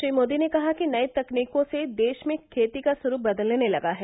श्री मोदी ने कहा कि नई तकनीकों से देश में खेती का स्वरूप बदलने लगा है